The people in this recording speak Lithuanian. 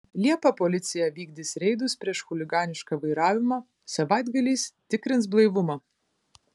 liepą policija vykdys reidus prieš chuliganišką vairavimą savaitgaliais tikrins blaivumą